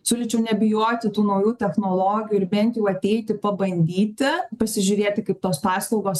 siūlyčiau nebijoti tų naujų technologijų ir bent jau ateiti pabandyti pasižiūrėti kaip tos paslaugos